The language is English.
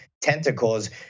tentacles